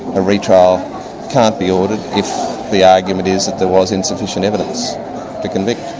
a re-trial can't be ordered if the argument is that there was insufficient evidence to convict,